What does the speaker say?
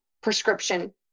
prescription